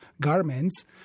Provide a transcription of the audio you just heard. garments